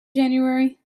january